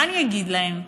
מה אני אגיד להם,